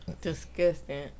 Disgusting